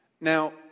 Now